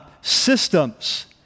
systems